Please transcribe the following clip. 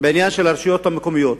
בעניין הרשויות המקומיות,